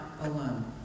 alone